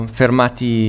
fermati